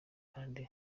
kandi